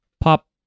pop